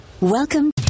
Welcome